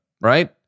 right